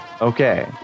Okay